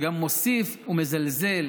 שגם מוסיף ומזלזל,